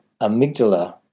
amygdala